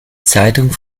zeitung